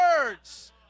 words